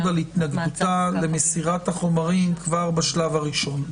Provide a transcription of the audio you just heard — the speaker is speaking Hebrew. על התנגדותה למסירת החומרים כבר בשלב הראשון.